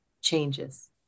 changes